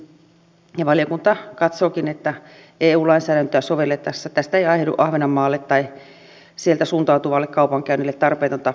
ja valiokunta katsookin että eu lainsäädäntöä sovellettaessa tästä ei aiheudu ahvenanmaalle tai sieltä suuntautuvalle kaupankäynnille tarpeetonta hallinnollista taakkaa